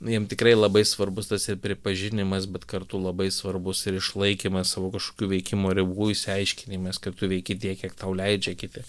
jiem tikrai labai svarbus tas ir pripažinimas bet kartu labai svarbus ir išlaikymas savo kažkokių veikimo ribų išsiaiškinimas kad tu veiki tiek kiek tau leidžia kiti